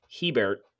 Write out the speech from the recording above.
Hebert